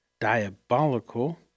diabolical